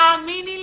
תאמיני לי,